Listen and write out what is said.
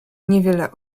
niewiele